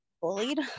bullied